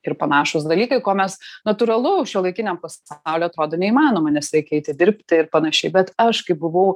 ir panašūs dalykai ko mes natūralu šiuolaikiniam pasauliui atrodo neįmanoma nes reikia eiti dirbti ir panašiai bet aš kai buvau